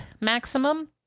maximum